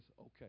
okay